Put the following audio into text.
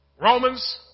Romans